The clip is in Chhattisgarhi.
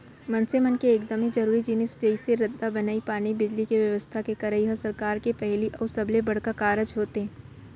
मनसे मन के एकदमे जरूरी जिनिस जइसे रद्दा बनई, पानी, बिजली, के बेवस्था के करई ह सरकार के पहिली अउ सबले बड़का कारज होथे